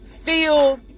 Feel